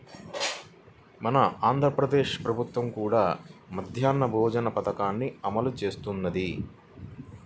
మన ఆంధ్ర ప్రదేశ్ ప్రభుత్వం కూడా మధ్యాహ్న భోజన పథకాన్ని అమలు చేస్తున్నది